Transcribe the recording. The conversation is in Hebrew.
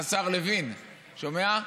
השר לוין, שומע?